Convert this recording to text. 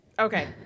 Okay